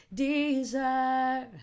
Desire